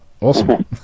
Awesome